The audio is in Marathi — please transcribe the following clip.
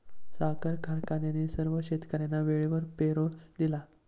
साखर कारखान्याने सर्व शेतकर्यांना वेळेवर पेरोल दिला